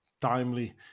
timely